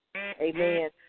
Amen